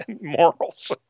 morals